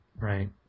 Right